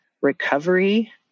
recovery